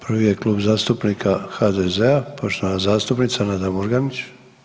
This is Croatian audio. Prvi je Klub zastupnika HDZ-a, poštovana zastupnica Nada Murganić.